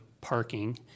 parking